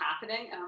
happening